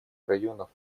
районов